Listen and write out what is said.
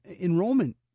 enrollment